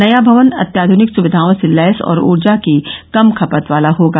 नया भवन अत्याधनिक सुविधाओं से लैस और ऊर्जा की कम खपत वाला होगा